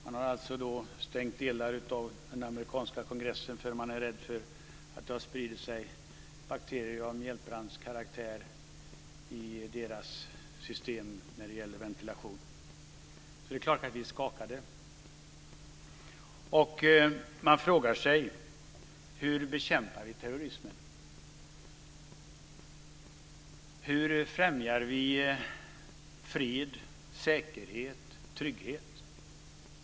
Man har stängt delar av den amerikanska kongressen eftersom man är rädd för att det har spridit sig bakterier av mjältbrandskaraktär i dess ventilationssystem. Det är klart att vi är skakade. Man frågar sig: Hur bekämpar vi terrorismen? Hur främjar vi fred, säkerhet och trygghet?